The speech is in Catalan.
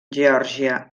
geòrgia